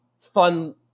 fun